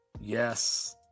Yes